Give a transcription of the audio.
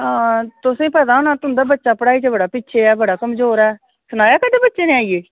हां तुसे गी पता होना तुंदा बच्चा पढ़ाई दा बड़ा पिच्छे ऐ बड़ा कमजोंर ऐ सनाया कदें बच्चे ने आइयै